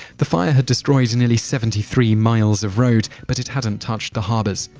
the fire had destroyed nearly seventy three miles of road, but it hadn't touched the harbors.